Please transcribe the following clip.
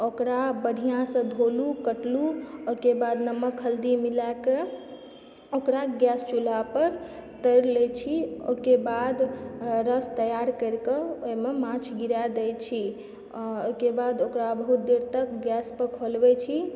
ओकरा बढ़ियासँ धोलु कटलु ओहिके बाद नमक हल्दी मिलाके ओकरा गैस चूल्हा पर तरि लैत छी ओहिके बाद रस तैयार करिके ओहिमे माछ गिरा दैत छी ओहिके बाद ओकरा बहुत देर तक गैस पर खोलबैत छी